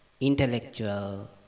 intellectual